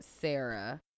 Sarah